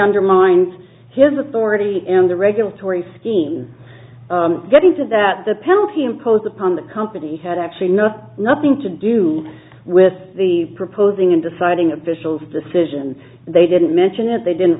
undermines his authority in the regulatory scheme getting to that the penalty imposed upon the company had actually no nothing to do with the proposing and deciding officials decision they didn't mention it they didn't